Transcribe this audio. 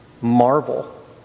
marvel